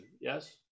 yes